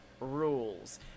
rules